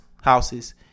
houses